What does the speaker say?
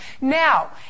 Now